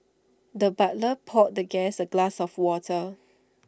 the butler poured the guest A glass of water